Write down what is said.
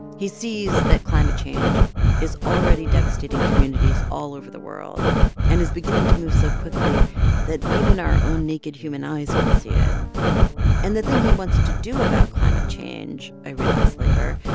he sees that climate change is already devastating communities all over the world and is beginning to move so quickly that even our own naked human eyes can see it and the thing he wants to do about climate change, i realize later,